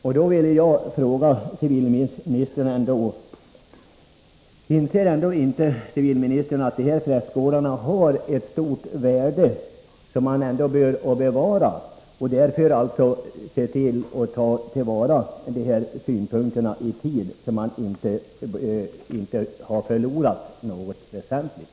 Jag vill fråga civilministern: Inser inte civilministern att de här prästgårdarna har ett stort värde som man ändå bör bevara och att man därför bör ta vara på de aktuella synpunkterna i tid, så att man inte förlorar något väsentligt?